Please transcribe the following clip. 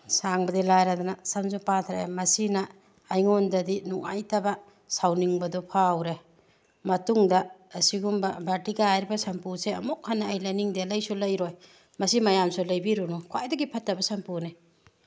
ꯁꯥꯡꯕꯗꯤ ꯂꯥꯏꯔꯗꯅ ꯁꯝꯁꯨ ꯄꯥꯊꯔꯛꯑꯦ ꯃꯁꯤꯅ ꯑꯩꯉꯣꯟꯗꯗꯤ ꯅꯨꯡꯉꯥꯏꯇꯕ ꯁꯥꯎꯅꯤꯡꯕꯗꯣ ꯐꯥꯎꯔꯦ ꯃꯇꯨꯡꯗ ꯑꯁꯤꯒꯨꯝꯕ ꯚꯇꯤꯀꯥ ꯍꯥꯏꯔꯤꯕ ꯁꯝꯄꯨꯁꯦ ꯑꯃꯨꯛ ꯍꯟꯅ ꯑꯩ ꯂꯩꯅꯤꯡꯗꯦ ꯂꯩꯁꯨ ꯂꯩꯔꯣꯏ ꯃꯁꯤ ꯃꯌꯥꯝꯁꯨ ꯂꯩꯕꯤꯔꯨꯅꯨ ꯈ꯭ꯋꯥꯏꯗꯒꯤ ꯐꯠꯇꯕ ꯁꯝꯄꯨꯅꯤ